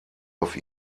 auf